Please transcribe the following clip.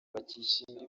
bakishimira